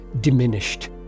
diminished